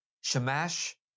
Shamash